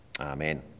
Amen